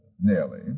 Nearly